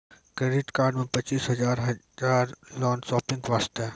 Credit card मे पचीस हजार हजार लोन शॉपिंग वस्ते?